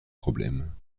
problèmes